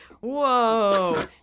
whoa